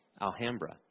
Alhambra